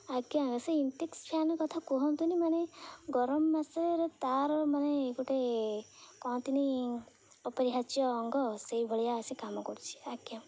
ଆଜ୍ଞା ସେ ଇନ୍ଟେକ୍ସ୍ ଫ୍ୟାନ୍ କଥା କୁହନ୍ତୁନି ମାନେ ଗରମ ମାସରେ ତା'ର ମାନେ ଗୋଟେ କହନ୍ତିନି ଅପରିହାର୍ଯ୍ୟ ଅଙ୍ଗ ସେଇ ଭଳିଆ ଆସି କାମ କରୁଛି ଆଜ୍ଞା